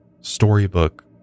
storybook